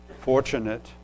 fortunate